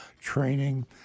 training